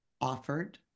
offered